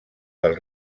del